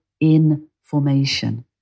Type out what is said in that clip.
information